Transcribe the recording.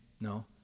No